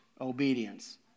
obedience